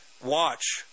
watch